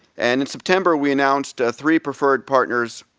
and in september we announced ah three preferred partners.